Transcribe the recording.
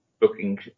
booking